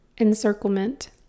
encirclement